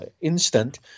instant